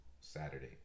saturday